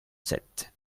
sette